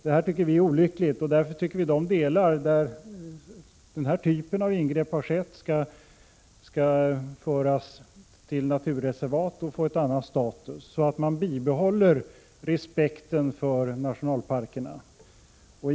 Det är olyckligt, och därför bör de områden där denna typ av ingrepp har skett föras till naturreservat och få en annan status, så att respekten för nationalparkerna bibehålls.